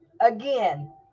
again